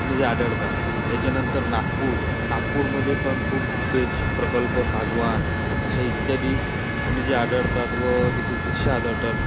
खनिजं आढळतात त्याच्यानंतर नागपूर नागपूरमध्ये पण खूप पेच प्रकल्प सागवान अशा इत्यादी खनिजं आढळतात व तिथे वृक्ष आधळतात